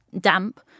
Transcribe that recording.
damp